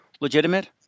legitimate